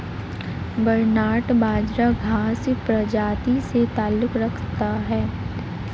barnyard बाजरा घांस प्रजाति से ताल्लुक रखता है